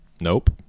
nope